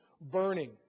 burning